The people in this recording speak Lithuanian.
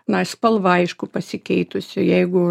na spalva aišku pasikeitusi jeigu